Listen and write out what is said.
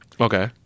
Okay